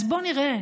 אז בוא נראה,